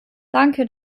danke